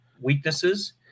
weaknesses